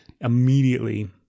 immediately